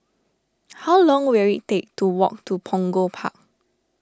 how long will it take to walk to Punggol Park